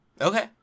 Okay